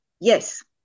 Yes